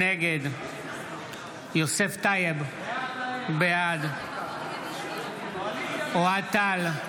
נגד יוסף טייב, בעד אוהד טל,